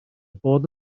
bod